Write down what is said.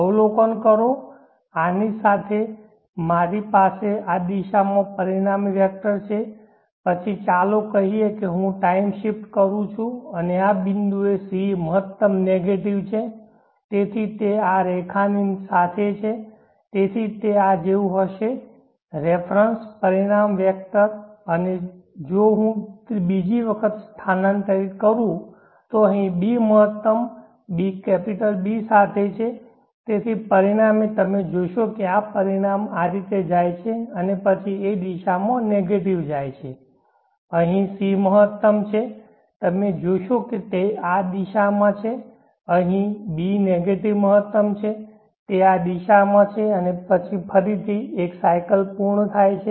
અવલોકન કરો આની સાથે મારી પાસે આ દિશામાં પરિણામી વેક્ટર છે અને પછી ચાલો કહીએ કે હું ટાઈમ શિફ્ટ કરું છું અને આ બિંદુએ c મહત્તમ નેગેટીવ છે તેથી તે આ રેખા ની સાથે છે તેથી તે આ જેવું હશે રેફરન્સ પરિણામ વેક્ટર પછી જો હું બીજી વખત સ્થાનાંતરિત કરું તો અહીં b મહત્તમ B સાથે છે તેથી પરિણામે તમે જોશો કે પરિણામ આ રીતે જાય છે અને પછી a દિશામાં નેગેટીવ જાય છે પછી અહીં c મહત્તમ છે તમે જોશો કે તે આ દિશામાં છે પછી અહીં b નેગેટીવ મહત્તમ છે તે આ દિશામાં છે અને પછી ફરીથી એક સાયકલ પૂર્ણ થાય છે